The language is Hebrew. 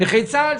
נכי צה"ל,